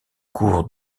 cours